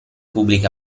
pubbliche